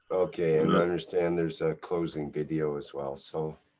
okay and i understand there's a closing video as well, so.